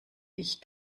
ich